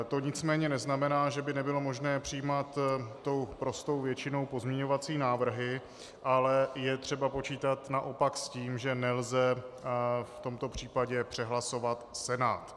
To nicméně neznamená, že by nebylo možné přijímat tou prostou většinou pozměňovací návrhy, ale je třeba počítat naopak s tím, že nelze v tomto případě přehlasovat Senát.